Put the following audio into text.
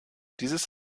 dieses